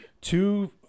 two